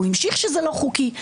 והוא המשיך כשזה לא חוקי.